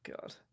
God